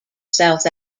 south